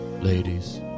Ladies